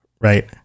Right